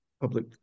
public